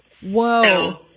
Whoa